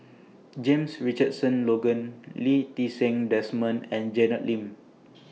James Richardson Logan Lee Ti Seng Desmond and Janet Lim